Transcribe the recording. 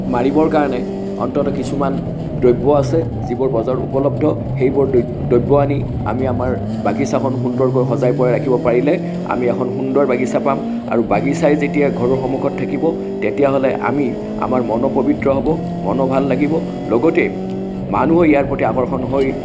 মাৰিবৰ কাৰণে অন্তত কিছুমান দ্ৰব্য আছে যিবোৰ বজাৰত উপলব্ধ সেইবোৰ দ্ৰব্য আনি আমি আমাৰ বাগিচাখন সুন্দৰকৈ সজাই পৰাই ৰাখিব পাৰিলে আমি এখন সুন্দৰ বাগিচা পাম আৰু বাগিচাই যেতিয়া ঘৰৰ সন্মুখত থাকিব তেতিয়াহ'লে আমি আমাৰ মনো পবিত্ৰ হ'ব মনো ভাল লাগিব লগতে মানুহ ইয়াৰ প্ৰতি আকৰ্ষণ হৈ